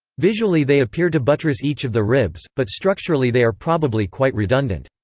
visually they appear to buttress each of the ribs, but structurally they are probably quite redundant.